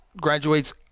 graduates –